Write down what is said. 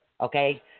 okay